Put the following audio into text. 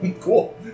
Cool